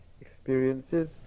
experiences